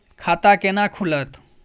खाता केना खुलत?